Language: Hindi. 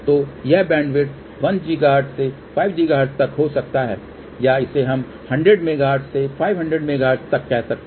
तो यह बैंडविड्थ 1 गीगाहर्ट्ज से 5 गीगाहर्ट्ज तक हो सकता है या इसे हम 100 मेगाहर्ट्ज से 500 मेगाहर्ट्ज तक कह सकते हैं